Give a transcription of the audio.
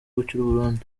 burundi